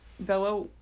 Bella